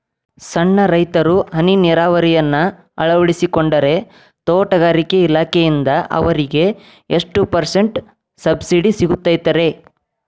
ಸಣ್ಣ ರೈತರು ಹನಿ ನೇರಾವರಿಯನ್ನ ಅಳವಡಿಸಿಕೊಂಡರೆ ತೋಟಗಾರಿಕೆ ಇಲಾಖೆಯಿಂದ ಅವರಿಗೆ ಎಷ್ಟು ಪರ್ಸೆಂಟ್ ಸಬ್ಸಿಡಿ ಸಿಗುತ್ತೈತರೇ?